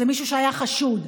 זה מישהו שהיה חשוד,